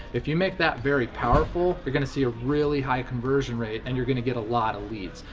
if you make that very powerful, you're gonna see a really high conversion rate and you're gonna get a lot of leads.